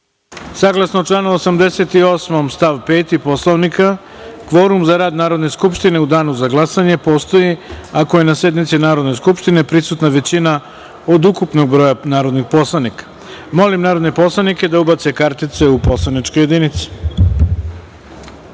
kvorum. Saglasno članu 88. stav 5. Poslovnika, kvorum za rad Narodne skupštine Republike Srbije, u danu za glasanje, postoji ako je na sednici Narodne skupštine prisutna većina od ukupnog broja narodnih poslanika. Molim narodne poslanike da ubace kartice u poslaničke